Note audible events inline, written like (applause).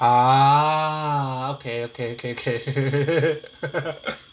ah okay okay okay okay (laughs)